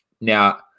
Now